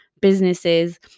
businesses